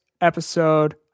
episode